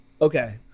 Okay